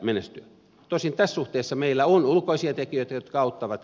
tosin tässä suhteessa meillä on ulkoisia tekijöitä jotka auttavat